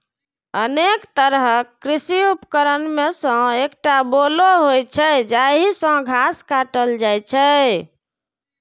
अनेक तरहक कृषि उपकरण मे सं एकटा बोलो होइ छै, जाहि सं घास काटल जाइ छै